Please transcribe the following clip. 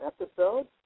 episode